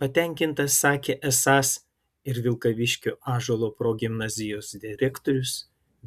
patenkintas sakė esąs ir vilkaviškio ąžuolo progimnazijos direktorius